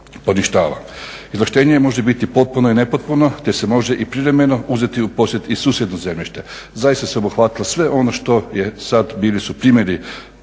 Izvlaštenje može biti potpuno i nepotpuno, te se može i privremeno uzeti u posjed i susjedno zemljište. Zaista se obuhvatilo sve ono što je sad, bili su primjeri